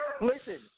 Listen